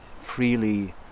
freely